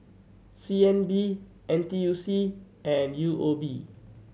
C N B N T U C and U O B